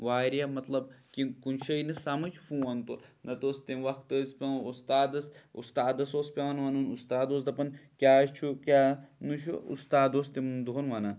واریاہ مطلب کہِ کُنہِ جایہِ یی نہٕ سَمجھ فون تُلان نہ تہٕ اوس تَمہِ وقت اوس پیٚوان اُستادس اُستادس اوس پیٚوان وَنُن اُستاد اوس دپان کیاہ چھُ کیاہ نہٕ چھُ اُستاد اوس تِمن دۄہن وَنان